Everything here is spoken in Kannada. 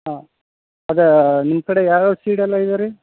ಹಾಂ ಅದು ನಿಮ್ಮ ಕಡೆ ಯಾವ್ಯಾವ ಸೀಡೆಲ್ಲ ಇದೆ ರೀ